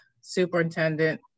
superintendent